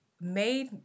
made